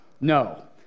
No